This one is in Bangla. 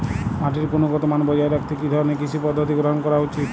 মাটির গুনগতমান বজায় রাখতে কি ধরনের কৃষি পদ্ধতি গ্রহন করা উচিৎ?